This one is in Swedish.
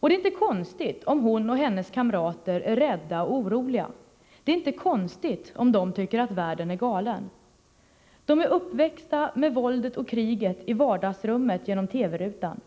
Och det är inte konstigt om hon och hennes kamrater är rädda och oroliga. Det är inte konstigt om de tycker att världen är galen. De är uppvuxna med våldet och kriget i vardagsrummet genom TV-rutan.